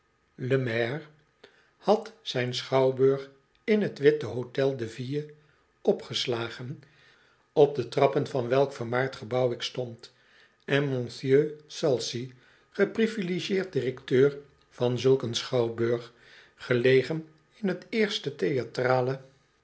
had zijn schouwburg in t gewitte hotel de ville opgeslagen op de trappen van welk vermaard gebouw ik stond en monsieur p salcy geprivilegieerd directeur van zulk een schouwburg gelegen in het eerste theatrale